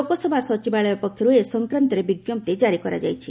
ଲୋକସଭା ସଚିବାଳୟ ପକ୍ଷରୁ ଏ ସଂକ୍ରାନ୍ତରେ ବିଞ୍ଜପ୍ତି ଜାରି କରାଯାଇଛି